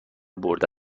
برده